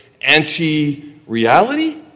anti-reality